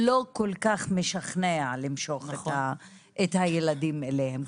לא כל כך משכנע למשוך את הילדים אליהם.